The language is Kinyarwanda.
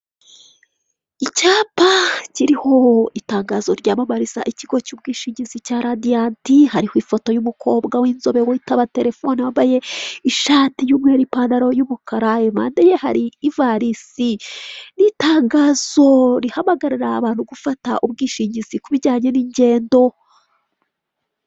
Icyapa kiriho itangazo ryamamariza ikigo cy'ubwishingizi cya radiyanti. Hariho ifoto y'umukobwa w'inzobe witaba telefoni, wambaye ishati y'umweru, ipantaro y'umukara. Iruhande rwe hari ivarisi. Ni itangazo rihamagarira abantu gufata ubwishingizi ku bijyanye n'ingendo.